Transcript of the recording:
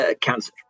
cancer